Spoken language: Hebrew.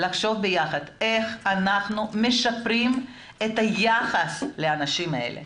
לחשוב ביחד איך אנחנו משפרים לאנשים האלה,